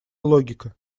логика